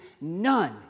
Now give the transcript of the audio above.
none